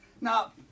Now